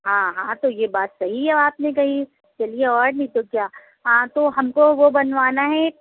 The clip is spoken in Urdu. ہاں ہاں تو یہ بات صحیح ہے آپ نے کہی چلیے اور نہیں تو کیا ہاں تو ہم کو وہ بنوانا ہے